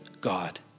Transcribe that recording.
God